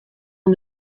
him